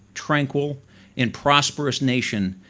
tranquil and prosperous nation,